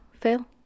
fail